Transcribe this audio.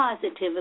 positive